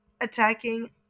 attacking